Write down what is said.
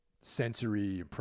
sensory